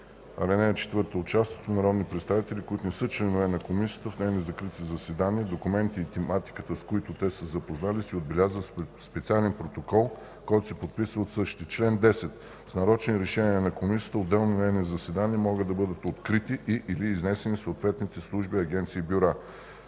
(4) Участието на народни представители, които не са членове на Комисията, в нейни закрити заседания, документите и тематиката, с които те са се запознали, се отбелязват в специален протокол, който се подписва от същите. Чл. 10. С нарочни решения на Комисията отделни нейни заседания може да бъдат открити и/или изнесени в съответните служби, агенции и бюра.